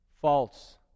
False